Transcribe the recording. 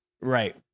Right